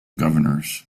governors